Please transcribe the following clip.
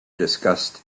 discussed